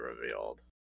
revealed